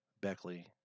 Beckley